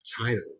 title